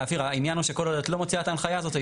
העניין הוא שכל עוד את לא מוציאה את ההנחיה הזאת,